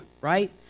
right